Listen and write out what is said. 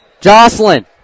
Jocelyn